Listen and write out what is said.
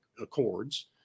Accords